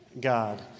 God